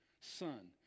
son